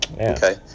okay